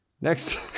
Next